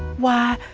why,